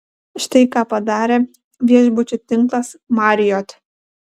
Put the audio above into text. štai ką padarė viešbučių tinklas marriott